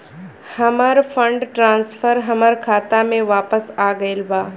हमर fund transfer हमर खाता में वापस आ गईल बा